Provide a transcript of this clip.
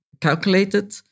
calculated